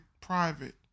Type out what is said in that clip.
private